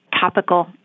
topical